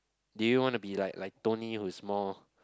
do you want to be like like Tony who's more